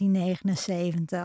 1979